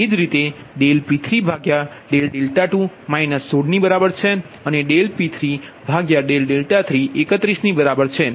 એ જ રીતે P32 16 ની બરાબર છે અને P33 31 ની બરાબર છે